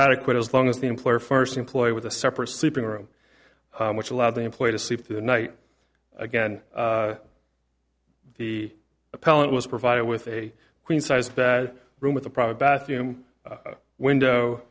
adequate as long as the employer first employed with a separate sleeping room which allowed the employee to sleep through the night again the appellant was provided with a queen sized bed room with a probably bathroom window